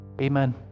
Amen